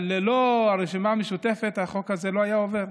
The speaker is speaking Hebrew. אבל ללא הרשימה המשותפת החוק הזה לא היה עובר.